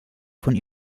von